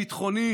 ביטחוני,